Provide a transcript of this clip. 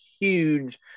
huge